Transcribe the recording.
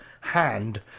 hand